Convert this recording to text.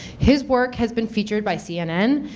his work has been featured by cnn,